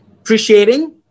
appreciating